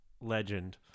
legend